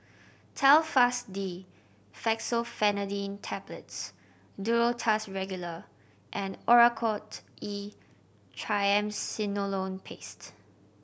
Telfast D Fexofenadine Tablets Duro Tuss Regular and Oracort E Triamcinolone Paste